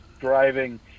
driving